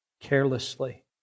carelessly